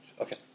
Okay